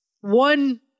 One